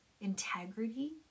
integrity